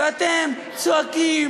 ואתם צועקים